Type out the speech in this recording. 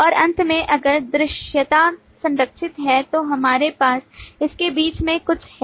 और अंत में अगर दृश्यता संरक्षित है तो हमारे पास इसके बीच में कुछ है